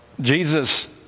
Jesus